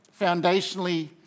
foundationally